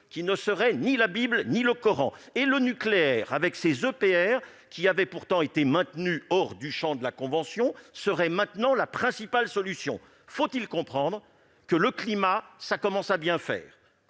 qui n'est « ni la Bible ni le Coran ». Le nucléaire, avec ses EPR, qui avait été maintenu hors du champ de la Convention, serait maintenant la principale solution. Faut-il comprendre que « le climat, ça commence à bien faire